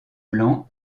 blancs